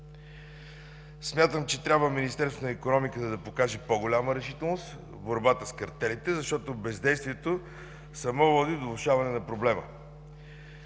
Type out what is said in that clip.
Смятам, че Министерството на икономиката трябва да покаже по-голяма решителност в борбата с картелите, защото бездействието само води до влошаване на проблема.